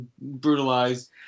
brutalized